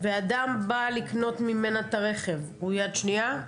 ואדם בא לקנות ממנה את הרכב, הוא "יד שנייה"?